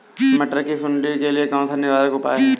मटर की सुंडी के लिए कौन सा निवारक उपाय है?